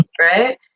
Right